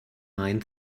mind